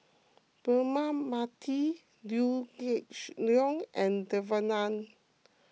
Braema Mathi Liew Geok Leong and Devan Nair